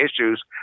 issues